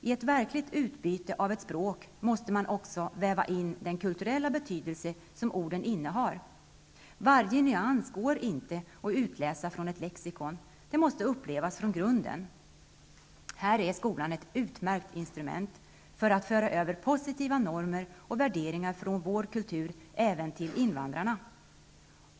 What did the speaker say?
I ett verkligt utbyte av ett språk måste man också väva in den kulturella betydelse som orden innehar. Varje nyans går inte att utläsa ifrån ett lexikon, det måste upplevas från grunden. Här är skolan ett utmärkt instrument för att föra över positiva normer och värderingar från vår kultur även till invandrarna.